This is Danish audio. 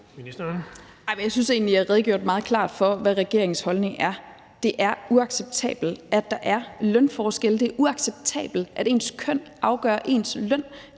Jeg synes egentlig, jeg har redegjort meget klart for, hvad regeringens holdning er: Det er uacceptabelt, at der er lønforskelle; det er uacceptabelt, at ens køn afgør ens løn;